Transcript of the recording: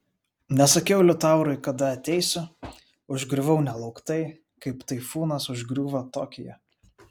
nesakiau liutaurui kada ateisiu užgriuvau nelauktai kaip taifūnas užgriūva tokiją